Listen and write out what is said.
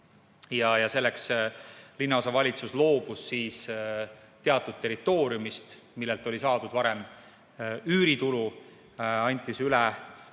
Ja selleks linnaosavalitsus loobus teatud territooriumist, millelt oli saadud varem üüritulu. See anti üle